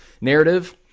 narrative